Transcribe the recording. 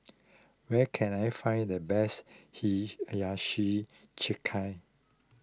where can I find the best Hiyashi Chuka